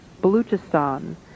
Baluchistan